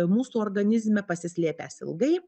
mūsų organizme pasislėpęs ilgai